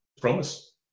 promise